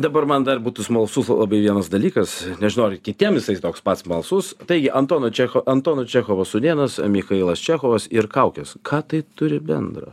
dabar man dar būtų smalsus labai vienas dalykas nežinau ar kitiem jisai toks pat smalsus taigi antono čecho antono čechovo sūnėnas michailas čechovas ir kaukės ką tai turi bendro